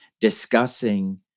discussing